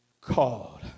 called